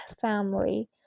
family